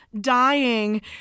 dying